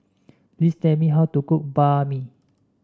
please tell me how to cook Banh Mi